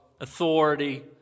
authority